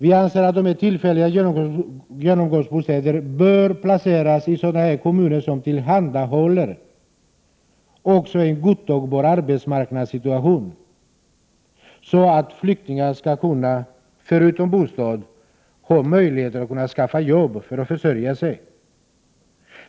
Vi anser att dessa tillfälliga genomgångsbostäder bör byggas i sådana kommuner som också har en godtagbar arbetsmarknadssituation, så att flyktingarna skall kunna skaffa jobb för att försörja sig.